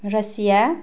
Russia